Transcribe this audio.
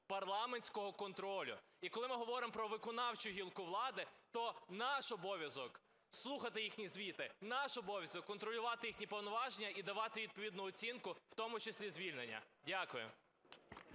парламентського контролю. І коли ми говоримо про виконавчу гілку влади, то наш обов'язок слухати їхні звіти, наш обов'язок контролювати їхні повноваження і давати відповідну оцінку, в тому числі звільнення. Дякую.